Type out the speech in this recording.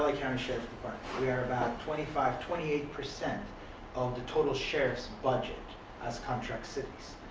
like county sheriff department. we are about twenty five, twenty eight percent of the total sheriff's budget as contract cities.